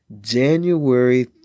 January